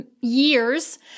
years